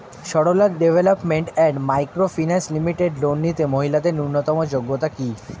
Sarala development and micro finance limited loan নিতে মহিলাদের ন্যূনতম যোগ্যতা কী?